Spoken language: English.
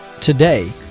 today